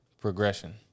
Progression